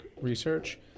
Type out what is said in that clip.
research